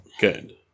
Good